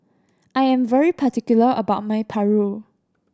I am very particular about my paru